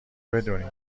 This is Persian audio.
بدونین